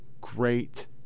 great